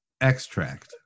extract